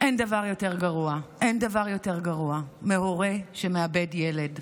אין דבר יותר גרוע להורה מלאבד ילד.